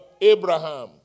Abraham